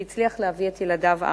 שהצליח להביא את ילדיו ארצה,